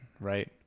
right